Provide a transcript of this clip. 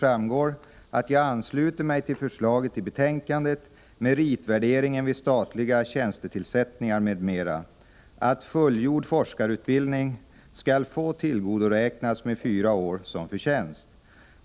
10 s. 12, UbU 28, rskr 401) framgår att jag ansluter mig till det i betänkandet Meritvärderingen vid statliga tjänstetillsättningar m.m. framförda förslaget att fullgjord forskarutbildning skall få tillgodoräknas med fyra år som förtjänst.